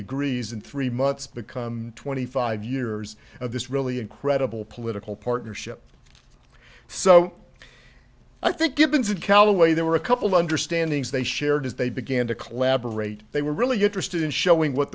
agrees and three months become twenty five years of this really incredible political partnership so i think gibbons and callaway there were a couple understanding as they shared as they began to collaborate they were really interested in showing what